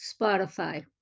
Spotify